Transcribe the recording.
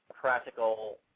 practical